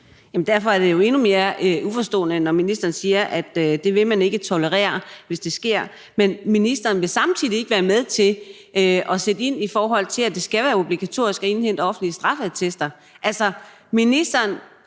Jamen derfor er det jo endnu mere uforståeligt, at ministeren siger, at det vil man ikke tolerere, hvis det sker, når ministeren samtidig ikke vil være med til at sætte ind, i forhold til at det skal være obligatorisk at indhente offentlige straffeattester. Altså, ministeren